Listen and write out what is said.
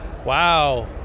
Wow